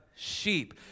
sheep